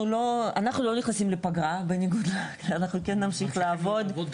אנחנו לא נכנסים לפגרה, אנחנו כן נמשיך לעבוד.